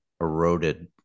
eroded